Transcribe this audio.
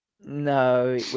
No